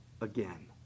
again